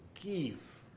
give